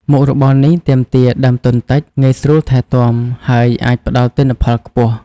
មុខរបរនេះទាមទារដើមទុនតិច ងាយស្រួលថែទាំ ហើយអាចផ្តល់ទិន្នផលខ្ពស់។